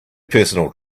personal